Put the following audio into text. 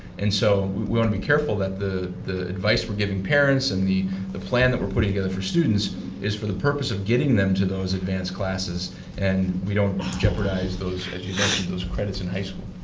and so, we we want to be careful that the the advice we're giving parents and the the plan that we're putting together for students is for the purpose of getting them to those advanced classes and we don't jeopardize those those credits in high school.